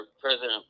President